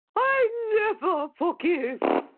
i never forgive!